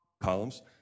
Columns